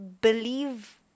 believe